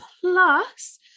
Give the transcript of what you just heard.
plus